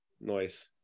noise